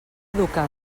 educar